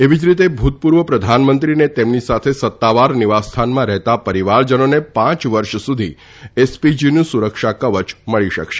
એવી જ રીતે ભુતપુર્વ પ્રધાનમંત્રી અને તેમની સાથે સત્તાવાર નિવાસ સ્થાનમાં રહેતા પરીવારજનોને પાંચ વર્ષ સુધી એસપીજીનું સુરક્ષા કવચ મળી શકશે